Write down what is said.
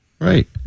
Right